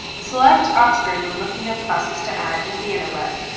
select oxford when looking up classes to add in bannerweb.